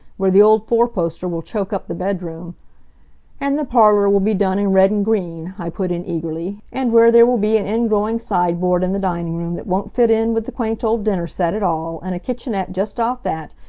where the old four-poster will choke up the bedroom and the parlor will be done in red and green, i put in, eagerly, and where there will be an ingrowing sideboard in the dining-room that won't fit in with the quaint old dinner-set at all, and a kitchenette just off that,